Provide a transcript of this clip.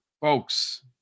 folks